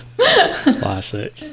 Classic